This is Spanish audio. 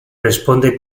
responde